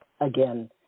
again